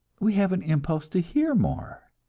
we have an impulse to hear more,